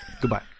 Goodbye